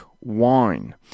wine